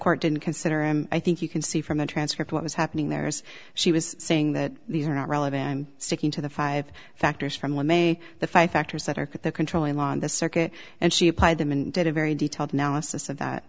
court didn't consider and i think you can see from the transcript what was happening there is she was saying that these are not relevant i'm sticking to the five factors from what may the five factors that are controlling law on the circuit and she applied them and did a very detailed analysis of that